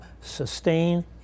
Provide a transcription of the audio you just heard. sustain